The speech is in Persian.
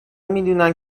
میدونن